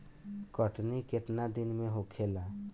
कटनी केतना दिन में होखेला?